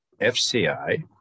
FCI